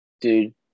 dude